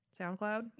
SoundCloud